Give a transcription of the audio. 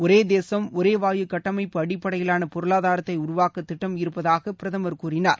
ஒரேதேசும் ஒரேவாயு கட்டமைப்பு அடிப்படையிலானபொருளாதாரத்தைஉருவாக்கதிட்டம் இருப்பதாகபிரதமர் கூறினார்